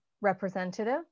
representative